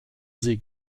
sie